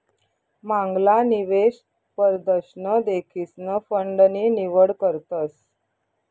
मांगला निवेश परदशन देखीसन फंड नी निवड करतस